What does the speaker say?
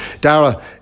Dara